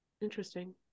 interesting